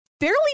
fairly